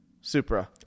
Supra